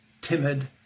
timid